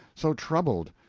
so troubled.